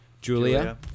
Julia